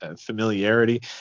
familiarity